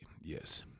Yes